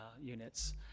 units